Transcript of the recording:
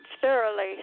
Thoroughly